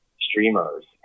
streamers